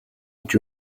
гэж